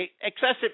excessive